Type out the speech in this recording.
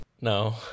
No